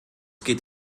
geht